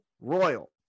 royal